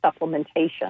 supplementation